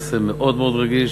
נושא מאוד רגיש,